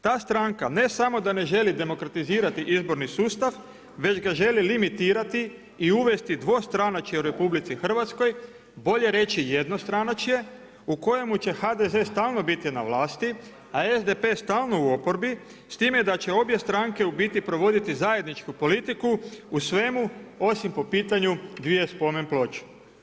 Ta stranka ne samo da ne želi demokratizirati izborni sustav, već ga želi limitirati i uvesti dvostranačje u RH, bolje reći jednostranačje, u kojem će HDZ stalno biti na vlasti, a SDP stalno na oporbi, s time da će obje stranke u biti provoditi zajedničku politiku u svemu osim po pitanju 2 spomen ploče.